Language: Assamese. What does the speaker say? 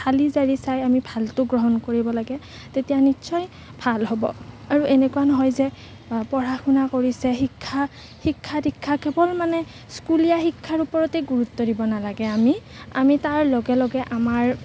চালিজাৰি চাই আমি ভালটো গ্ৰহণ কৰিব লাগে তেতিয়া নিশ্চয় ভাল হ'ব আৰু এনেকুৱা নহয় যে পঢ়া শুনা কৰিছে শিক্ষা শিক্ষা দীক্ষা কেৱল মানে স্কুলীয়া শিক্ষাৰ ওপৰতে গুৰুত্ব দিব নালাগে আমি আমি তাৰ লগে লগে আমাৰ